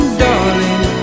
darling